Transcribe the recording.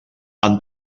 han